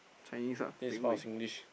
Chinese ah Ping Wei